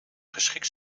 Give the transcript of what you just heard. geschikt